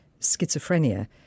schizophrenia